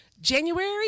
January